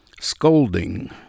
Scolding